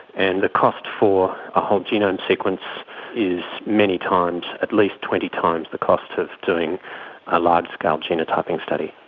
and the cost for a whole genome sequence is many times, at least twenty times the cost of doing a large-scale genotyping study.